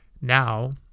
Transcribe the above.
now